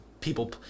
people